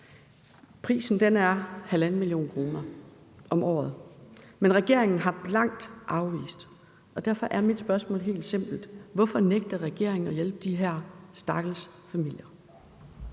Prisen er halvanden million kroner om året, men regeringen har blankt afvist. Derfor er mit spørgsmål helt simpelt: Hvorfor nægter regeringen at hjælpe de her stakkels familier?